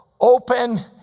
open